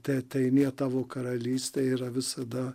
teateinie tavo karalystė yra visada